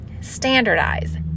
Standardize